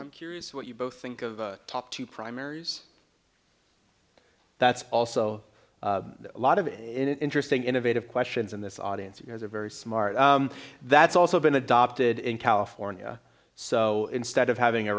i'm curious what you both think of top two primaries that's also a lot of interesting innovative questions in this audience and there's a very smart that's also been adopted in california so instead of having a